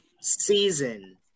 season